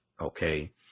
okay